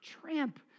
Tramp